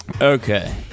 Okay